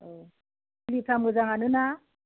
औ फुलिफोरा मोजाङानो ना